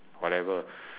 whatever